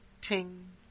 ting